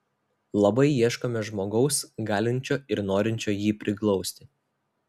labai ieškome žmogaus galinčio ir norinčio jį priglausti